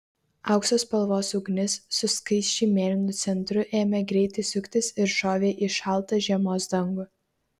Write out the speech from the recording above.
aukso spalvos ugnis su skaisčiai mėlynu centru ėmė greitai suktis ir šovė į šaltą žiemos dangų